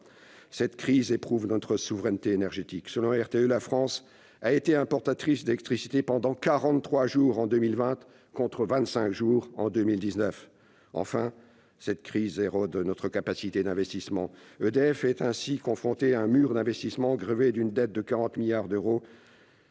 Cette crise éprouve notre souveraineté énergétique. Selon RTE, la France a été importatrice d'électricité pendant quarante-trois jours en 2020, contre vingt-cinq en 2019. Enfin, cette crise érode notre capacité d'investissement. EDF est ainsi confrontée à un « mur d'investissements ». Grevé d'une dette de 40 milliards d'euros,